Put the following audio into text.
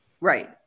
Right